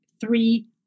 three